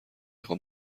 خوام